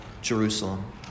Jerusalem